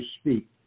speak